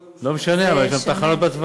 בוא ונדבר, לא משנה, אבל יש שם תחנות בתוואי.